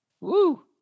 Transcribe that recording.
Woo